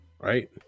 Right